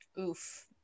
Oof